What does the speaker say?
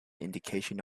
indication